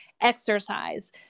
exercise